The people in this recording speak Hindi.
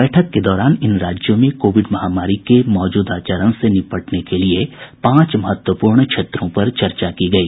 बैठक के दौरान इन राज्यों में कोविड महामारी के मौजूदा चरण से निपटने के लिए पांच महत्वपूर्ण क्षेत्रों पर चर्चा की गई